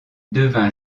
devint